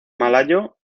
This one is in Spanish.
malayo